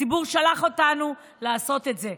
הציבור שלח אותנו לעשות את זה,